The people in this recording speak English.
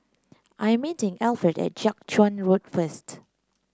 I'm meeting Alfred at Jiak Chuan Road first